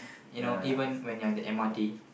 you know even when you're in the M_R_T